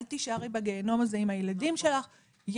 אל תישארי בגיהינום הזה עם הילדים שלך,